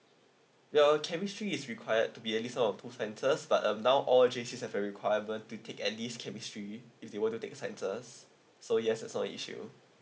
well chemistry is required to be at least out of two sciences but um now all J_C have a requirement to take at least chemistry if they were to take sciences so yes that's no a issue